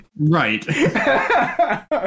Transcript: Right